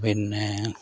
പിന്നെ